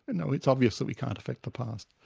you know it's obvious that we can't affect the past.